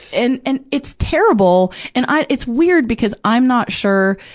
and, and it's terrible, and i, it's weird, because i'm not sure,